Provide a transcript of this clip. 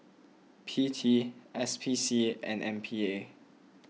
P T S P C and M P A